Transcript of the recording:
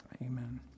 Amen